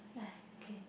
!aiya! okay